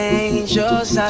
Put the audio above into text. angels